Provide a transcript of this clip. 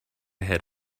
hit